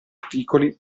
articoli